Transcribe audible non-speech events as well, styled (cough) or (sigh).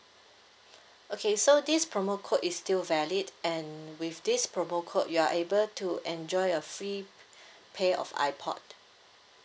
(breath) okay so this promo code is still valid and with this promo code you are able to enjoy a free (breath) pair of ipod